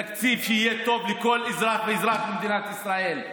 תקציב שיהיה טוב לכל אזרח ואזרח במדינת ישראל.